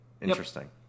Interesting